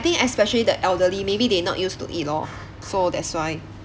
think especially the elderly maybe they not used to it lor so that's why